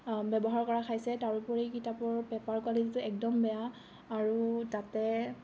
ব্যৱহাৰ কৰা খাইছে তাৰোপৰি কিতাপৰ পেপাৰ কোৱালিটিটো একদম বেয়া আৰু তাতে